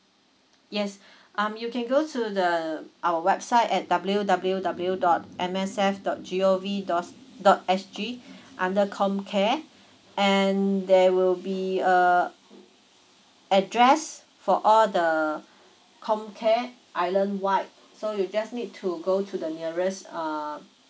yes um you can go to the our website at W W W dot M S F dot G O V dot dot S G under comcare and there will be uh address for all the comcare island wide so you just need to go to the nearest uh